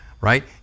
right